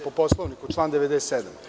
Po Poslovniku, član 97.